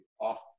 off